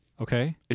Okay